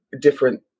different